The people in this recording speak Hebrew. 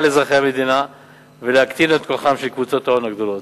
אזרחי המדינה ולהקטין את כוחן של קבוצות ההון הגדולות.